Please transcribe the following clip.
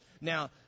Now